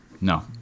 No